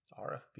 RFB